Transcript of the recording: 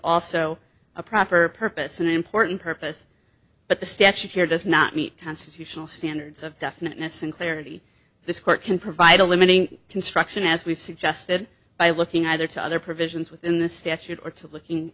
also a proper purpose an important purpose but the statute here does not meet constitutional standards of definiteness and clarity this court can provide a limiting construction as we've suggested by looking either to other provisions within the statute or to looking